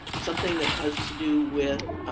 something that has to do with